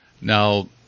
Now